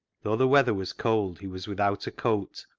though the weather was cold, he was without a coat,